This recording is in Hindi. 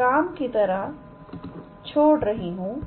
काम के तौर से छोड़ रही हूं